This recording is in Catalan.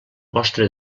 vostre